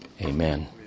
Amen